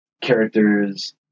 characters